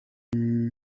yagize